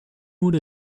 would